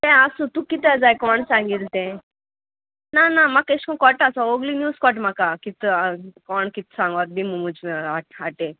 तें आसूं तूं कितें जाय कोण सांगिल् तें ना ना म्हाका एशें कोन्न कोटा सो ओगलीं न्यूज कोट म्हाका कित कोण कित सांगत बी मूज हाटें